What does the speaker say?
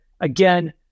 again